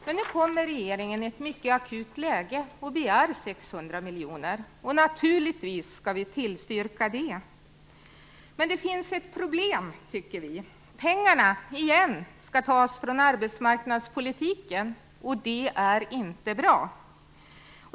Men nu kommer regeringen, i ett mycket akut läge, och begär 600 miljoner, och naturligtvis skall vi tillstyrka det. Men det finns ett problem. Pengarna skall tas från arbetsmarknadspolitiken igen, och det är inte bra.